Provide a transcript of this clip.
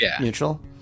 neutral